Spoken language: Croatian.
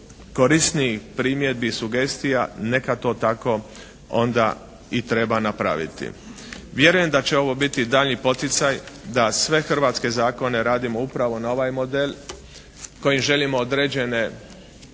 korisnijih primjedbi, sugestija, neka to tako onda i treba napraviti. Vjerujem da će ovo biti daljnji poticaj da sve hrvatske zakone radimo upravo na ovaj model koji želimo određene